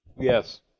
Yes